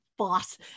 Boss